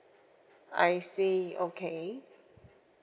I see okay